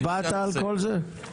הצבעת על כל זה?